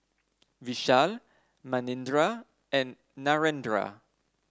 Vishal Manindra and Narendra